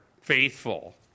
faithful